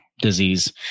disease